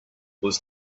was